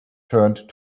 turned